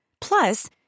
Plus